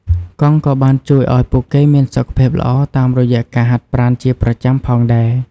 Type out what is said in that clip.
កង់ក៏បានជួយឱ្យពួកគេមានសុខភាពល្អតាមរយៈការហាត់ប្រាណជាប្រចាំផងដែរ។